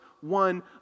one